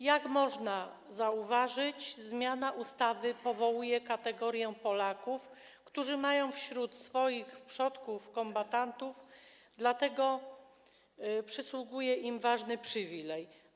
Jak można zauważyć, zmiana ustawy powołuje kategorię Polaków, którzy mają wśród swoich przodków kombatantów, dlatego przysługuje im ważny przywilej.